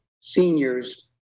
seniors